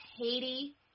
haiti